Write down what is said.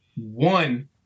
one